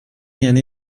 یعنی